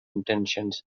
intentions